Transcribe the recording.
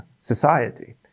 society